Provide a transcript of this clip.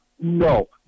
No